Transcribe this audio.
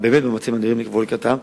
להיפך,